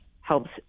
helps